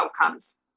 outcomes